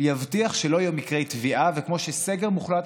יבטיח שלא יהיו מקרי טביעה וכמו שסגר מוחלט